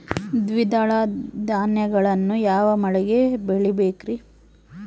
ದ್ವಿದಳ ಧಾನ್ಯಗಳನ್ನು ಯಾವ ಮಳೆಗೆ ಬೆಳಿಬೇಕ್ರಿ?